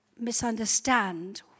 misunderstand